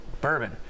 Bourbon